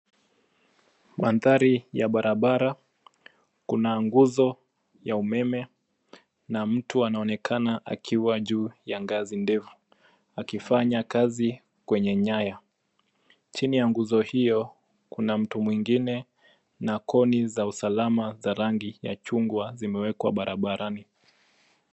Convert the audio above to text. Mandhari ya barabara kuna nguzo ya umeme na mtu anaonekana akiwa juu ya ngazi ndefu akifanya kazi kwenye nyaya. Chini ya nguzo hiyo kuna mtu mwingine na koni za usalama za rangi ya chungwa zimewekwa barabarani.